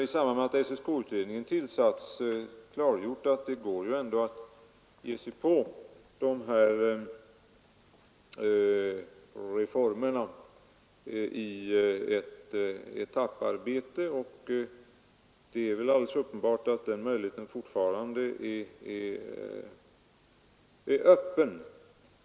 I samband med att SSK-utredningen tillsatts har vi klargjort att det ändå går att ge sig på de här reformerna i ett etapparbete, och det är alldeles uppenbart att den möjligheten fortfarande är öppen.